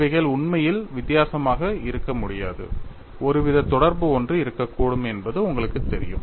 இவைகள் உண்மையில் வித்தியாசமாக இருக்க முடியாது ஒரு வித தொடர்பு ஒன்று இருக்கக்கூடும் என்பது உங்களுக்குத் தெரியும்